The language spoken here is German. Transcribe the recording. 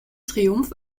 triumph